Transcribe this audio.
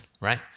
right